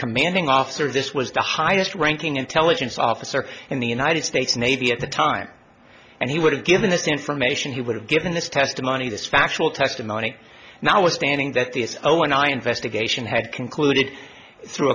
commanding officer this was the highest ranking intelligence officer in the united states navy at the time and he would have given this information he would have given this testimony this factual testimony now is standing that is oh when i investigation had concluded through